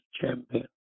champion